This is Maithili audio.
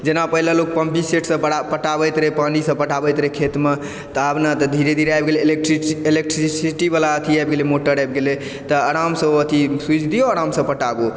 जेना पहिले लोक पम्पींग सेटसँ पटाबैत रहै पानि सब पटाबैत रहै खेतमे तऽ आब ने धीरे धीरे आबि गेलै इलेक्ट्रिसिटी वला अथि आबि गेलै मोटर आबि गेलै तऽ आरामसँ ओ स्विच दियौ आराम सँ पाटाबु